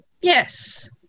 yes